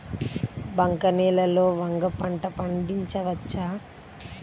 బంక నేలలో వంగ పంట పండించవచ్చా?